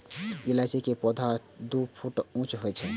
इलायची के पौधा दू फुट ऊंच होइ छै